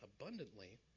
abundantly